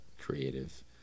creative